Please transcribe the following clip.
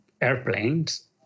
airplanes